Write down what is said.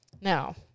Now